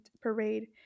parade